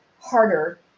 harder